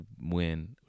win